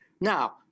Now